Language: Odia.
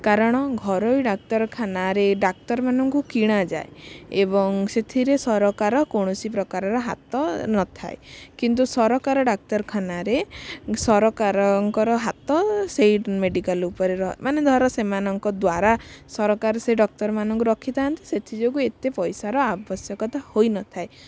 କାରଣ ଘରୋଇ ଡାକ୍ତରଖାନାରେ ଡାକ୍ତର ମାନଙ୍କୁ କିଣାଯାଏ ଏବଂ ସେଥିରେ ସରକାର କୌଣସି ପ୍ରକାରର ହାତ ନଥାଏ କିନ୍ତୁ ସରକାର ଡାକ୍ତରଖାନାରେ ସରକାରଙ୍କର ହାତ ସେଇ ମେଡ଼ିକାଲ ଉପରେ ର ମାନେ ଧର ସେମାନଙ୍କ ଦ୍ୱାରା ସରକାର ସେଇ ଡକ୍ତର ମାନଙ୍କୁ ରଖିଥାନ୍ତି ସେଥିଯୋଗୁଁ ଏତେ ପଇସାର ଆବଶ୍ୟକ ହୋଇନଥାଏ